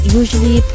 usually